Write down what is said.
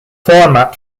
format